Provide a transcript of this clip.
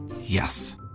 Yes